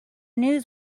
news